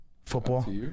Football